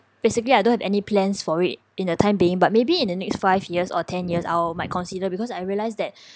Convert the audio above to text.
basically I don't have any plans for it in a time being but maybe in the next five years or ten years I'll might consider because I realised that